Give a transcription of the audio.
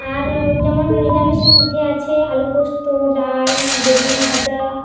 আর যেমন নিরামিষের মধ্যে আছে আলু পোস্ত ডাল বেগুন ভাঁজা